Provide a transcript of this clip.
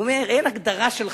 הוא אומר: אין הגדרה של חרדים.